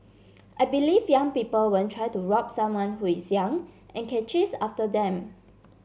I believe young people won't try to rob someone who is young and can chase after them